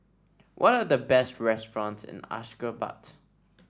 what are the best restaurants in Ashgabat